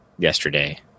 Yesterday